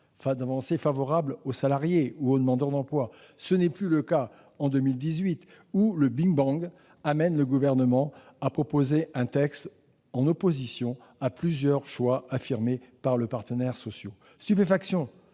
sociales favorables aux salariés ou aux demandeurs d'emploi. Ce n'est plus le cas en 2018 : le big bang conduit le Gouvernement à proposer un texte en opposition avec plusieurs choix affirmés par les partenaires sociaux. Stupéfaction,